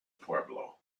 pueblo